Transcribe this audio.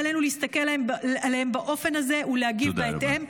עלינו להסתכל עליהם באופן הזה ולהגיב בהתאם,